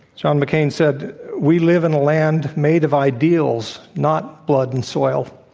john mccain said, we live in a land made of ideals, not blood and soil.